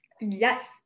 Yes